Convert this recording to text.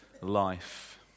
life